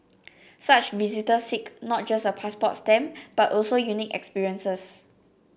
such visitors seek not just a passport stamp but also unique experiences